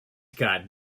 got